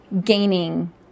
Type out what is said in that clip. gaining